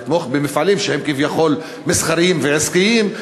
לתמוך במפעלים שהם כביכול מסחריים ועסקיים,